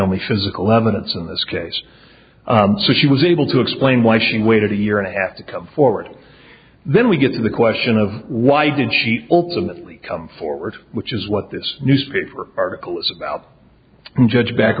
only physical evidence in this case so she was able to explain why she waited a year and a half to come forward then we get to the question of why didn't she open come forward which is what this newspaper article is about